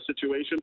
situation